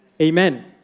Amen